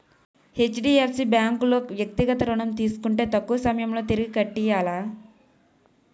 HDFC bank లో వ్యక్తిగత ఋణం తీసుకుంటే తక్కువ సమయంలో తిరిగి కట్టియ్యాల